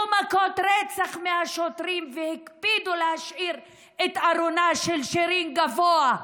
מכות רצח מהשוטרים והקפידו להשאיר את ארונה של שירין גבוה,